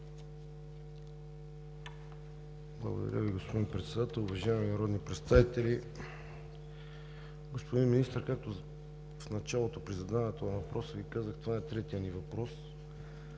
Благодаря Ви, господин Председател. Уважаеми народни представители! Господин Министър, в началото при задаването на въпроса Ви казах, че това е третият ми въпрос.